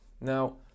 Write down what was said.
Now